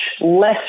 less